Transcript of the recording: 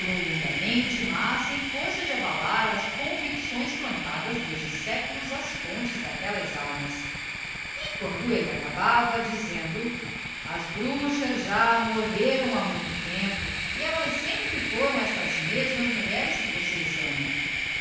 longamente mas sem força de abalar as convicções plantadas desde séculos ás fontes d'aquellas almas e quando elle acabava dizendo as bruxas já morreram ha muito tempo e ellas sempre foram estas mesmas mulheres que vocês amam